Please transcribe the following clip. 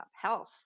health